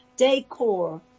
decor